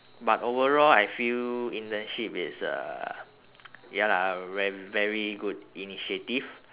but overall I feel internship is uh ya lah a ver~ very good initiative